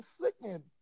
sickening